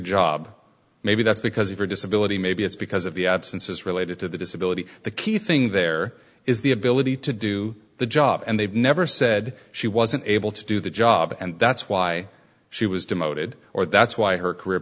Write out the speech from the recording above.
job maybe that's because of your disability maybe it's because of the absences related to the disability the key thing there is the ability to do the job and they've never said she wasn't able to do the job and that's why she was demoted or that's why her career